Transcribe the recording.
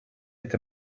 est